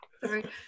sorry